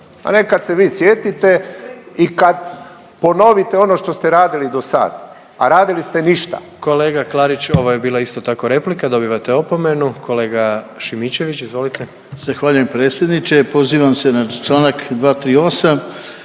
a ne kad se vi sjetite i kad ponovite ono što ste radili dosada, a radili ste ništa. **Jandroković, Gordan (HDZ)** Kolega Klarić ovo je bila isto tako replika, dobivate opomenu. Kolega Šimičević, izvolite. **Šimičević, Rade (HDZ)** Zahvaljujem predsjedniče. Pozivam se na Članak 238.,